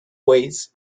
ways